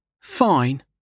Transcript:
Fine